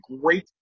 great